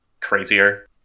crazier